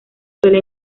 suele